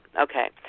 Okay